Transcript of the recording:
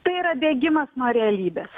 tai yra bėgimas nuo realybės